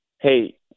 hey